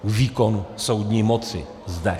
Výkon soudní moci zde.